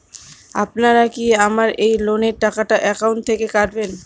আপনারা কি আমার এই লোনের টাকাটা একাউন্ট থেকে কাটবেন?